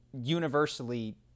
universally